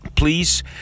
please